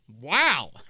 Wow